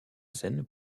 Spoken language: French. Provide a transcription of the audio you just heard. scène